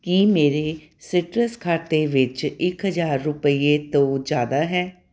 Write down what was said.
ਕੀ ਮੇਰੇ ਸੀਟਰਸ ਖਾਤੇ ਵਿੱਚ ਇੱਕ ਹਜ਼ਾਰ ਰੁਪਈਏ ਤੋਂ ਜ਼ਿਆਦਾ ਹੈ